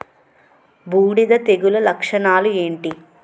బూడిద తెగుల లక్షణాలు ఏంటి?